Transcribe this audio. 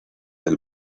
del